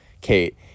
Kate